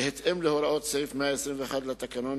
בהתאם להוראות סעיף 121 לתקנון,